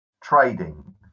trading